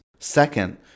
Second